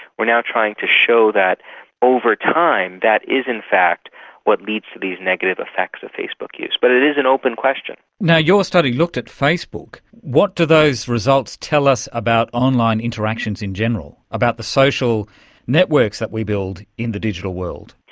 we are now trying to show that over time that is in fact what leads to these negative effects of facebook use. but it is an open question. your study looked at facebook. what do those results tell us about online interactions in general, about the social networks that we build in the digital world?